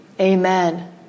Amen